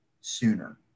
sooner